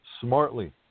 smartly